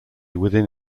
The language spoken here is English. within